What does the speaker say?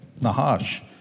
Nahash